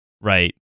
right